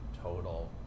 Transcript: total